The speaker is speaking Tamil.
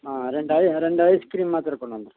ம்ம ரெண்டு ஐ ரெண்டு ஐஸ்க்ரீம் மாத்திரம் கொண்டந்துடுங்க